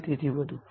અને તેથી વધુ